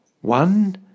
One